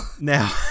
Now